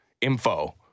info